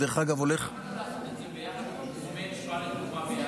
למה לא לעשות את זה ביחד עם הנושא משואה לתקומה?